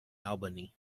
albany